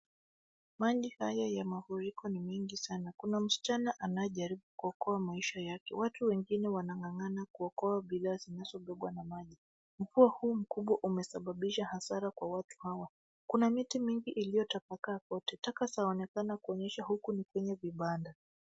Maji haya ya mafuriko ni mengi sana. Kuna msichana anayejaribu kuokoa maisha yake. Watu wengine wanang'ang'ana kuokoa bidhaa zinazobebwa na maji. Mvua huu mkubwa umesababisha hasara kwa watu hawa. Kuna miti mingi iliyotapakaa kote. Taka zaonekana, kuonyesha huku ni kwenye vibanda.